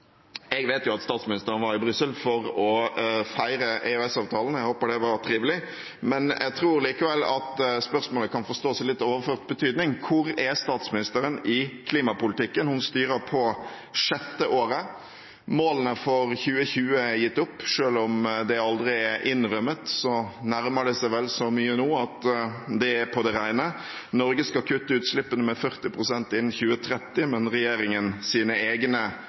Jeg vet jo at statsministeren var i Brussel for å feire EØS-avtalen – jeg håper det var trivelig – men jeg tror likevel spørsmålet kan forstås i litt overført betydning: Hvor er statsministeren i klimapolitikken? Hun styrer på sjette året. Målene for 2020 er gitt opp – selv om det aldri er innrømmet, nærmer det seg vel så mye nå at det er på det rene. Norge skal kutte utslippene med 40 pst. innen 2030, men regjeringens egne